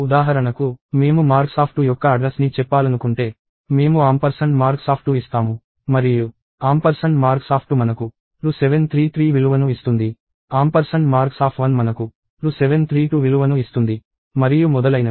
ఉదాహరణకు మేము marks2 యొక్క అడ్రస్ ని చెప్పాలనుకుంటే మేము ఆంపర్సండ్ marks2 ఇస్తాము మరియు ఆంపర్సండ్ marks2 మనకు 2733 విలువను ఇస్తుంది ఆంపర్సండ్ marks1 మనకు 2732 విలువను ఇస్తుంది మరియు మొదలైనవి